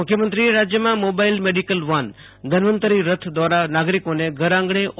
મુખ્યમંત્રીએ રાજ્યમાં mobile medical van Dhanvantari રથ દ્વારા નાગરિકોને ઘરઆંગણે ઓ